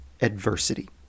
adversity